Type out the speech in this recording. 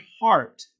heart